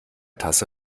tasse